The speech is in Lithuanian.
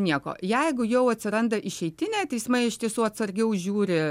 nieko jeigu jau atsiranda išeitinė teismai iš tiesų atsargiau žiūri